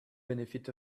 benefit